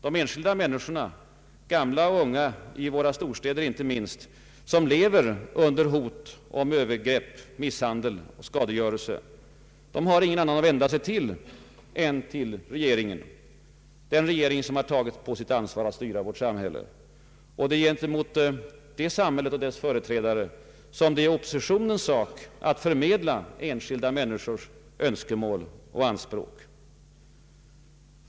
De enskilda människorna, gamla och unga, i våra storstäder inte minst, som lever under hot om övergrepp, misshandel och skadegörelse har ingen annan att vända sig till än regeringen, den regering som har tagit på sitt ansvar att styra vårt samhälle. Det är gentemot det samhället och dess företrädare som det är oppositionens sak att förmedla enskilda människors önskemål och anspråk.